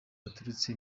baturutse